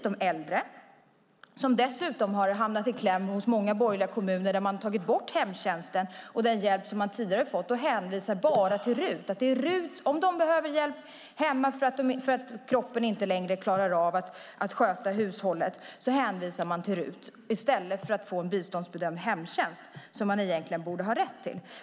De äldre har dessutom hamnat i kläm i många borgerligt styrda kommuner där man har tagit bort hemtjänsten och den hjälp som tidigare har getts och bara hänvisar till RUT-avdraget. Om de äldre behöver hjälp hemma för att kroppen inte längre klarar av att sköta hushållet hänvisar man till RUT-avdraget i stället för att de äldre ska få en biståndsbedömd hemtjänst som de egentligen borde ha rätt till.